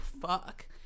fuck